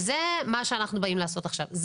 וזה מה שאנחנו באים לעשות עכשיו.